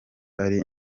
ari